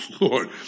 Lord